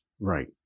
right